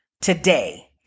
today